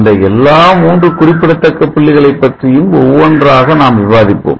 இந்த எல்லா மூன்று குறிப்பிடத்தக்க புள்ளிகளை பற்றி ஒவ்வொன்றாக நாம் விவாதிப்போம்